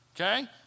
Okay